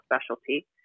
specialty